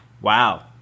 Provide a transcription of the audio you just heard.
Wow